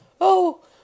Oh